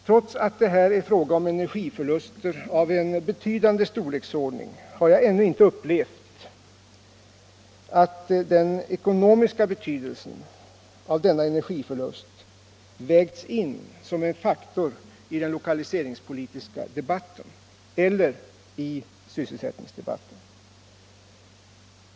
Trots att det här är fråga om energiförluster av en betydande storleksordning har jag ännu inte upplevt att den ekonomiska betydelsen av denna energiförlust vägts in som en faktor i den lokaliseringspolitiska debatten eller i sysselsättningsdebatten.